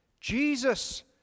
Jesus